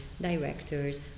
directors